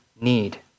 need